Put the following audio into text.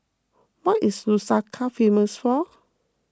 what is Lusaka famous for